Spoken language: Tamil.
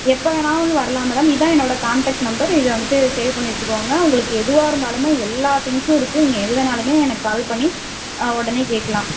எப்போ வேணாலும் வரலாம் மேடம் இதுதான் என்னோட காண்டக்ட் நம்பர் இதை வந்துட்டு சேவ் பண்ணி வச்சுக்கோங்க உங்களுக்கு எதுவாக இருந்தாலுமே எல்லா திங்க்ஸும் இருக்குது நீங்கள் எது வேணாலுமே எனக்கு கால் பண்ணி உடனே கேட்கலாம்